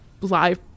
live